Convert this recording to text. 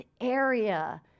area